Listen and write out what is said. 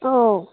औ